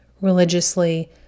religiously